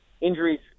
injuries